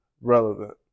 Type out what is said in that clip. relevant